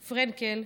פרנקל,